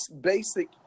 basic